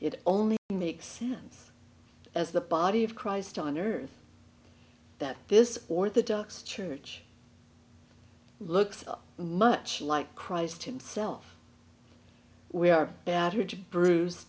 it only makes sense as the body of christ on earth that this orthodox church looks much like christ himself we are battered bruise